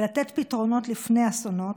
ולתת פתרונות לפני אסונות.